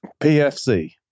PFC